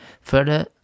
further